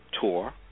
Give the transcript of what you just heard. Tour